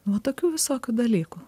va tokių visokių dalykų